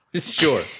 Sure